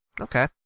Okay